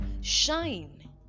shine